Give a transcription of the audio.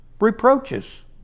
Reproaches